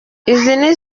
izindi